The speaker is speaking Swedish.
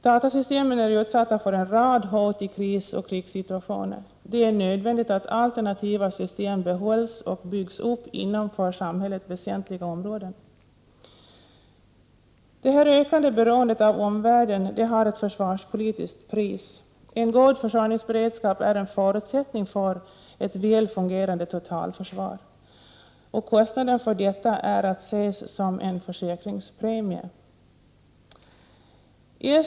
Datasystemen är utsatta för en rad hot i krisoch krigssituationer. Det är nödvändigt att alternativa system behålls och byggs upp inom för samhället väsentliga områden. Det ökande beroendet av omvärlden har ett försvarspolitiskt pris. En god försörjningsberedskap är en förutsättning för ett väl fungerande totalförsvar. Kostnaden för detta är att se som en försäkringspremie.